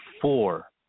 four